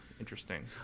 interesting